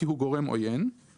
כי הוא גורם עוין,";